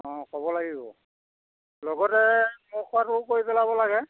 অঁ ক'ব লাগিব লগতে ন খোৱাটোও কৰি পেলাব লাগে